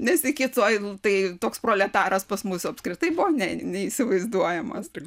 nes iki tol tai toks proletaras pas mus apskritai buvo ne neįsivaizduojamas